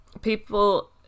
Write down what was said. people